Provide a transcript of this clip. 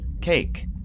Cake